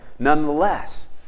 Nonetheless